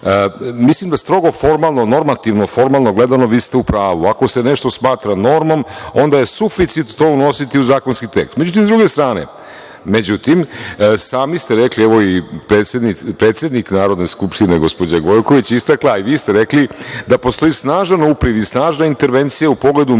Mislim sa strogo formalno, normativno formalno gledano vi ste u pravu, ako se nešto smatra normom, onda je suficit to unositi u zakonski tekst. Međutim, sa druge strane, sami ste rekli, evo i predsednik Narodne skupštine, gospođa Gojković je istakla, i vi ste rekli da postoji snažan upriv i snažna intervencija u pogledu